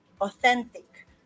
authentic